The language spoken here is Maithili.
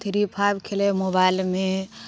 थ्री फाइव खेलै हइ मोबाइलमे